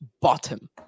bottom